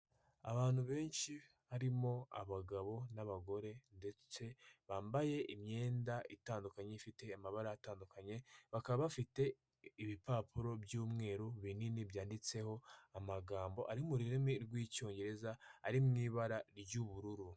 Abantu benshi harimo abagabo n'abagore ndetse bambaye imyenda itandukanye ifite amabara atandukanye bakaba bafite ibipapuro by'umweru binini byanditseho amagambo ari mu rurimi rw'icyongereza ari mu ibara ry'ubururu.